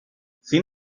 sin